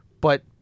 But-